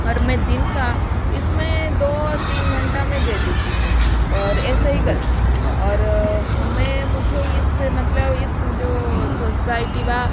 और मैं दिन का इसमें दो और तीन घंटा में दे देती हूँ और ऐसे ही करके और हमें मुझे इससे मतलब इस जो सोसाइटी व